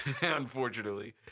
Unfortunately